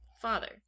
Father